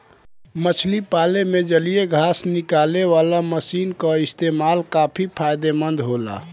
मछरी पाले में जलीय घास निकालेवाला मशीन क इस्तेमाल काफी फायदेमंद होला